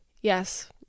Yes